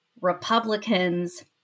Republicans